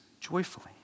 joyfully